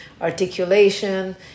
articulation